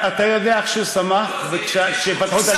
אתה יודע איך שהוא שמח כשפתחו את הלשכה?